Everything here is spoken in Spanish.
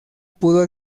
pudo